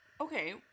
okay